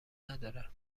نداره